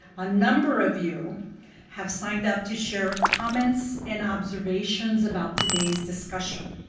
a number of you have signed up to share comments and observations about today's discussion.